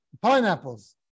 pineapples